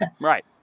Right